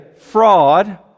fraud